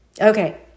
Okay